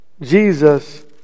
Jesus